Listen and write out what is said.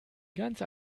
ganze